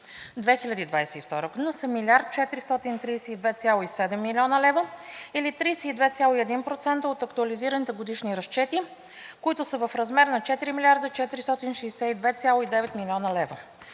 2022 г. са 1 млрд. 432,7 млн. лв. или 32,1% от актуализираните годишни разчети, които са в размер на 4 млрд. 462,9 млн. лв.